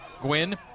Gwyn